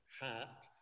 hat